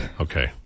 Okay